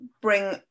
bring